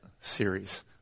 series